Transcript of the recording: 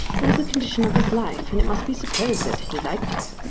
it was the condition of his life, and it must be supposed that he liked it.